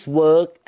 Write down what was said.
work